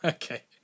Okay